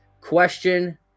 question